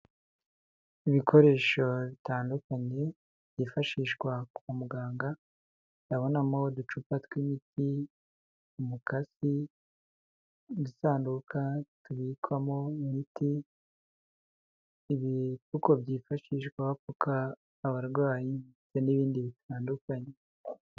Ibikoresho bitandukanye byifashishwa kwa muganga, ndabonamo uducupa tw'imiti, umukasi, udusanduka tubikwamo imiti, ibi kuko byifashishwa bapfuka abarwayi ndetse n'ibindi bitandukanye.